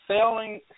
Selling